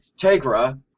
Tegra